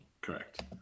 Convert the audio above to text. Correct